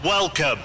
Welcome